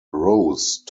rose